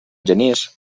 genís